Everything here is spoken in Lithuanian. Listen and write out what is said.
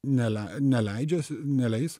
nelei neleidžiasi neleis